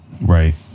Right